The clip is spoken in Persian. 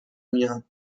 میان